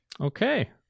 Okay